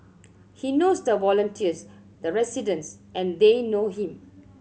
he knows the volunteers the residents and they know him